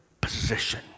position